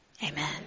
Amen